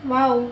!wow!